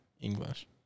English